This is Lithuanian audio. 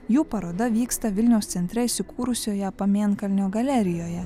jų paroda vyksta vilniaus centre įsikūrusioje pamėnkalnio galerijoje